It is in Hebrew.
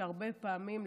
שהרבה פעמים,